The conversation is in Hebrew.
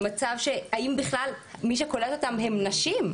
האם בכלל מי שקולט אותם הן נשים?